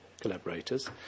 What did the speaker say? collaborators